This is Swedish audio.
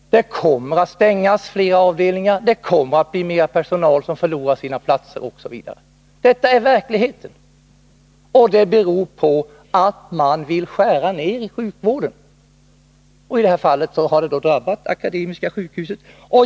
Flera avdelningar kommer att stängas, mer personal kommer att förlora sina platser, osv. Detta är verkligheten, som beror på att man vill skära ner i sjukvården. I det här fallet har det drabbat Akademiska sjukhuset.